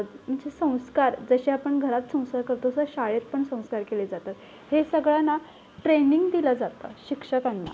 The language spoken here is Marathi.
म्हणजे संस्कार जसे आपण घरात संस्कार करतो तसं शाळेत पण संस्कार केले जातात हे सगळं ना ट्रेनिंग दिलं जातं शिक्षकांना